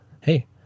hey